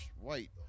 white